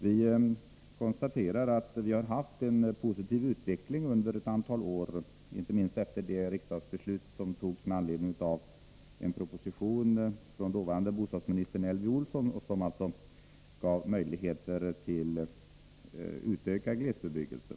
Vi konstaterar att vi har haft en positiv utveckling under ett antal år, inte minst efter det riksdagsbeslut som fattades med anledning av en proposition från dåvarande bostadsministern Elvy Olsson och som gav möjlighet till utökad glesbebyggelse.